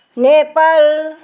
Nepal